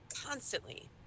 constantly